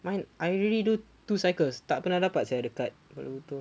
but I already do two cycles tak pernah dapat sia the card terlupa